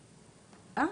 מנכ"לית.